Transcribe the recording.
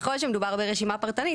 וככל שמדובר ברשימה פרטנית,